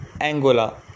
angola